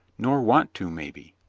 nor want to, maybe.